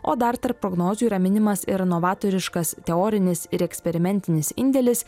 o dar tarp prognozių yra minimas ir novatoriškas teorinis ir eksperimentinis indėlis